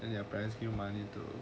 and your parents give you money too